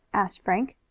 asked frank.